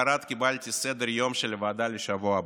למוחרת קיבלתי סדר-יום של הוועדה לשבוע הבא,